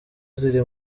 ziri